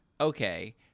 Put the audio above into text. okay